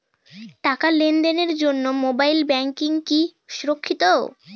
টাকা লেনদেনের জন্য মোবাইল ব্যাঙ্কিং কি সুরক্ষিত?